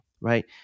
right